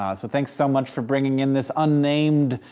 ah so thanks so much for bringing in this unnamed,